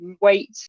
weight